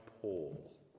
Paul